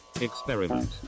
Experiment